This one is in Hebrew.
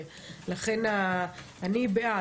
לכן אני בעד.